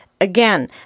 again